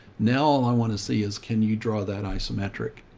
now, all i want to see is can you draw that isometric?